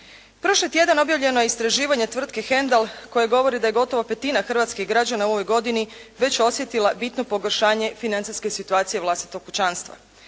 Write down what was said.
Prošli tjedan objavljeno je istraživanje tvrtke Hendal koje govori da je gotovo petina hrvatskih građana u ovoj godini već osjetila bitno pogoršanje financijske situacije vlastitog kućanstva.